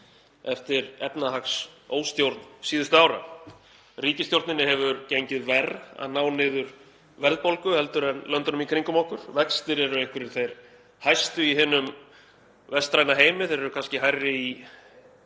eftir efnahagsóstjórn síðustu ára. Ríkisstjórninni hefur gengið verr að ná niður verðbólgu heldur en löndunum í kringum okkur. Vextir eru einhverjir þeir hæstu í hinum vestræna heimi. Þeir eru kannski hærri í